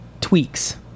tweaks